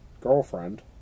girlfriend